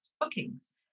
bookings